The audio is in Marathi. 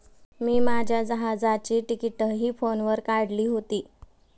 मी माझ्या जहाजाची तिकिटंही फोनवर काढली होती